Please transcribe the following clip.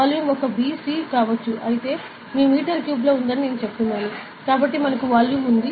volume ఒక B C కావచ్చు అయితే ఇది మీటర్ క్యూబ్లో ఉందని నేను చెప్తున్నాను కాబట్టి మనకు వాల్యూమ్ ఉంది